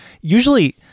usually